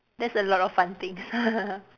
that's a lot of fun things